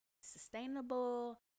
Sustainable